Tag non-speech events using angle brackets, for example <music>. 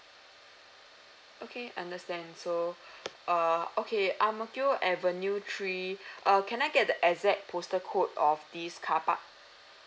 okay understand so <breath> err okay ang mo kio avenue three <breath> uh can I get the exact postal code of this carpark